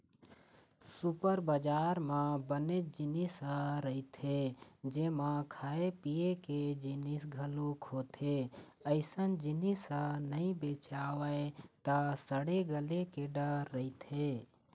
super बजार म बनेच जिनिस ह रहिथे जेमा खाए पिए के जिनिस घलोक होथे, अइसन जिनिस ह नइ बेचावय त सड़े गले के डर रहिथे